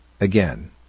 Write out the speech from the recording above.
Again